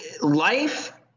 life